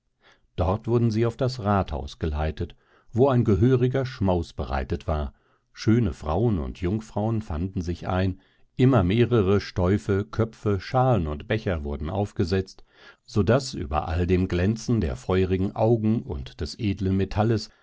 dort wurden sie auf das rathaus geleitet wo ein gehöriger schmaus bereit war schöne frauen und jungfrauen fanden sich ein immer mehrere stäuffe köpfe schalen und becher wurden aufgesetzt so daß über all dem glänzen der feurigen augen und des edlen metalles